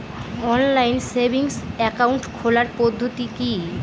Online savings account খোলার পদ্ধতি কি?